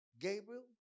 Gabriel